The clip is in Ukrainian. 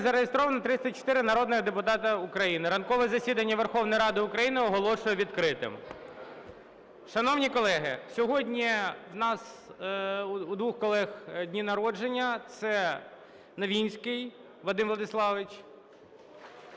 зареєстровано 304 народних депутати України. Ранкове засідання Верховної Ради України оголошую відкритим. Шановні колеги, сьогодні у нас у двох колег дні народження – це Новинський Вадим Владиславович